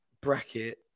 bracket